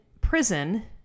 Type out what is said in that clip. prison